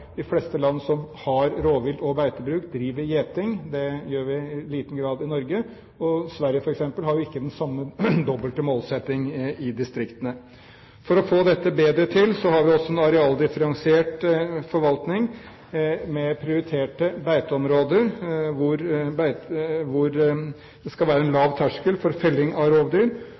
De fleste land som har rovvilt og beitebruk driver gjeting. Det gjør vi i liten grad i Norge. Sverige har f.eks. ikke den samme dobbelte målsetting i distriktene. For å få dette bedre til har vi også nå arealdifferensiert forvaltning med prioriterte beiteområder, hvor det skal være en lav terskel for felling av rovdyr,